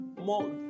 more